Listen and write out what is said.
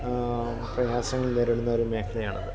ആ പ്രയാസങ്ങൾ നേരിടുന്ന ഒരു മേഖലയാണത്